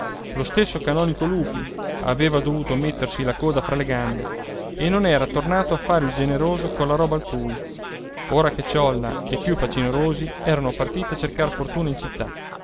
lo stesso canonico lupi aveva dovuto mettersi la coda fra le gambe e non era tornato a fare il generoso colla roba altrui ora che ciolla e i più facinorosi erano partiti a cercar fortuna in città